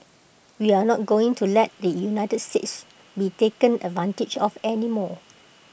we are not going to let the united states be taken advantage of any more